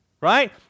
right